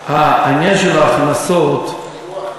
הכנסות העניין של ההכנסות,